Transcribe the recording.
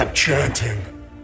Chanting